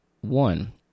one